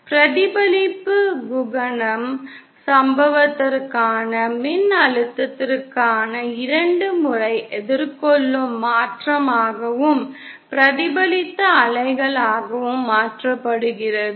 பிரதிபலிப்பு குணகம் சம்பவத்திற்கான மின்னழுத்தத்திற்கான இரண்டு முறை எதிர்கொள்ளும் மாற்றமாகவும் பிரதிபலித்த அலைகளாகவும் மாற்றப்படுகிறது